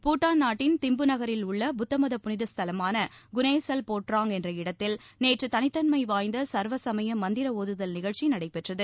பூட்டான் நாட்டின் திம்பு நகரில் உள்ள புத்தமத புனித ஸ்தலமான குனேசல் போட்ராங் என்ற இடத்தில் நேற்று தனித்தன்மை வாய்ந்த சர்வசமய மந்திர ஒதுதல் நிகழ்ச்சி நடைபெற்றது